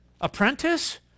apprentice